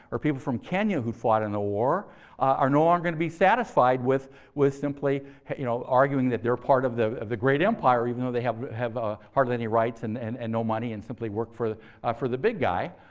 or people from kenya who'd fought in the war are no longer going to be satisfied with with simply you know arguing that they're part of the of the great empire, even though they have have ah hardly any rights and and and no money, and simply work for for the big guy.